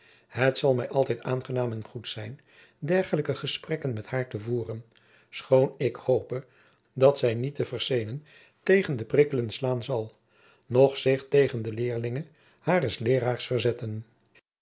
het zal mij altijd aangenaam en goed zijn dergelijke gesprekken met haar te voeren schoon ik hope dat zij niet de versenen tegen de prikkelen slaan zal noch zich tegen de leeringe hares leeraars verzetten